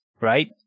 right